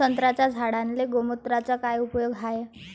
संत्र्याच्या झाडांले गोमूत्राचा काय उपयोग हाये?